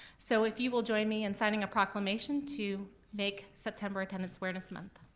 so if you will join me in signing a proclamation to make september attendance awareness month.